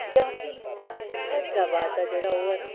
जां फ्ही हैदराबाद दा जेह्ड़ा ओह् ऐ न